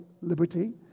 liberty